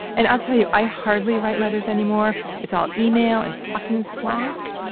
and i'll tell you, i hardly write letters anymore. it's all email and fucking slack,